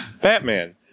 Batman